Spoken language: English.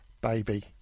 Baby